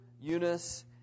Eunice